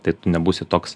tai tu nebūsi toks